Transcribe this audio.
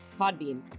Podbean